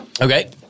Okay